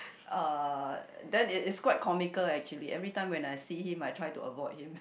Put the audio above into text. uh then it is quite comical actually every time when I see him I try to avoid him